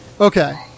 okay